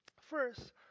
First